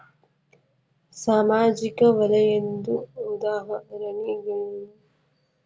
ಸಾಮಾಜಿಕ ವಲಯದ್ದು ಉದಾಹರಣೆಗಳೇನು?